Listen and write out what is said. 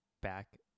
back